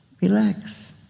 relax